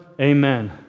amen